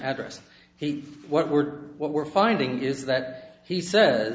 address he what we're what we're finding is that he says